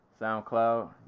SoundCloud